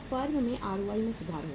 firm के ROI में सुधार होगा